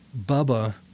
Bubba